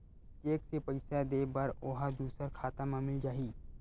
Cheque से पईसा दे बर ओहा दुसर खाता म मिल जाही?